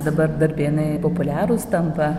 dabar darbėnai populiarūs tampa